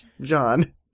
John